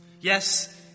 Yes